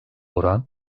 oran